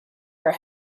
her